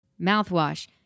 mouthwash